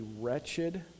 wretched